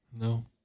no